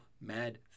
mad